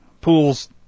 pool's